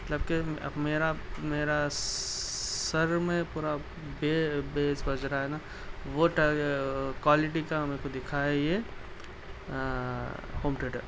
مطللب کہ اب میرا میرا سر میں پورا بے بیس بج رہا ہے نا وہ کوالٹی کا میرے کو دکھائیے ہاں ہوم تھیٹر